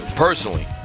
personally